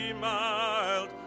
mild